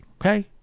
okay